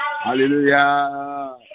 Hallelujah